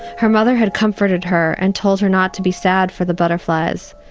her mother had comforted her and told her not to be sad for the butterflies,